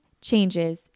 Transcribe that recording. changes